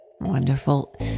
wonderful